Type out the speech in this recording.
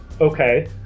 Okay